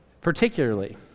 particularly